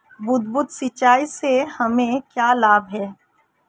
बूंद बूंद सिंचाई से हमें क्या लाभ है?